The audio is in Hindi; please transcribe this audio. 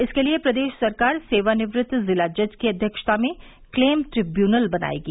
इसके लिए प्रदेश सरकार सेवानिवृत्त जिला जज की अध्यक्षता में क्लेम ट्रिब्यूनल बनायेगी